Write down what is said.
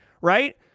right